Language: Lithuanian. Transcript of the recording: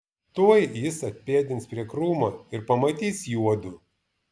tuoj jis atpėdins prie krūmo ir pamatys juodu